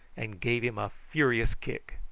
and gave him a furious kick.